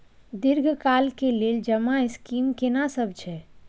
दीर्घ काल के लेल जमा स्कीम केना सब छै?